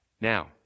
Now